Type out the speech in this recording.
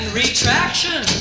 retraction